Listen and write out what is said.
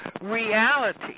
reality